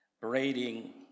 braiding